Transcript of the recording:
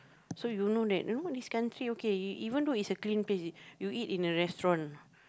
so you don't know that oh this country okay even though it's a clean place you eat in a restaurant